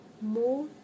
more